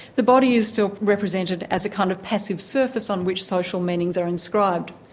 the body is still represented as a kind of passive surface on which social meanings are inscribed.